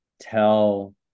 tell